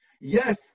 Yes